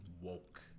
woke